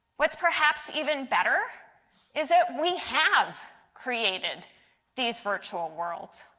what is perhaps even better is that we have created these virtual worlds.